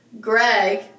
Greg